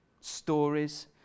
stories